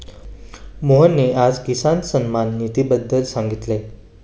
मोहनने आज किसान सन्मान निधीबद्दल सांगितले